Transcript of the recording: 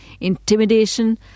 intimidation